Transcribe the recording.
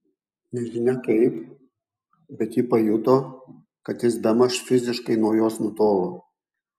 nežinia kaip bet ji pajuto kad jis bemaž fiziškai nuo jos nutolo